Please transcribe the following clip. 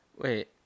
Wait